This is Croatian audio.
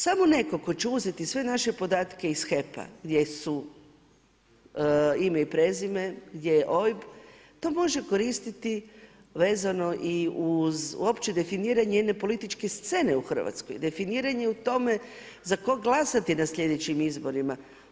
Samo netko tko će uzeti sve naše podatke iz HEP-a gdje su ime i prezime, gdje je OIB, to može koristiti vezano i uz opće definiranje jedne političke scene u Hrvatskoj, definiranje u tome za koga glasati na sljedećim izborima.